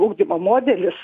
ugdymo modelis